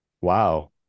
wow